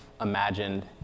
imagined